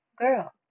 Girls